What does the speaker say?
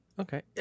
Okay